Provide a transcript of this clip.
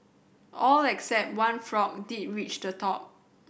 all except one frog who did reach the top